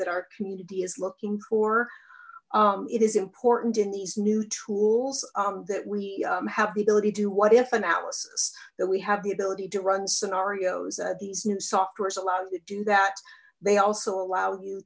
that our community is looking for it is important in these new tools that we have the ability to do what if analysis that we have the ability to run scenarios these new software's allow you to do that they also allow you